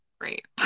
great